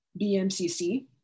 BMCC